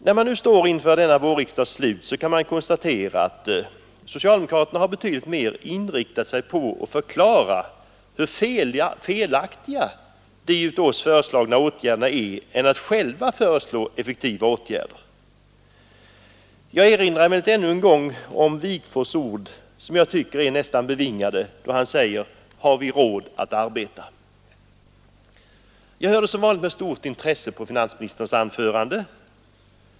När vi nu står inför denna vårriksdags slut kan man konstatera att socialdemokraterna har betydligt mer inriktat sig på att förklara hur felaktiga de av oss föreslagna åtgärderna är än på att på själva föreslå effektiva åtgärder. Jag erinrar emellertid ännu en gång om Wigforss” ord, som jag tycker är nästan bevingade: Har vi råd att arbeta? Jag hörde som vanligt med stort intresse på finansministerns anförande.